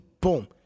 Boom